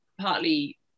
partly